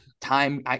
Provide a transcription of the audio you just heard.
time